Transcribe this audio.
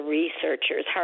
researchers